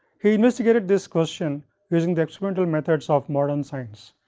he investigated this question using the experimental methods of modern science.